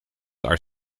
are